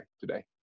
today